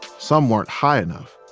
some weren't high enough.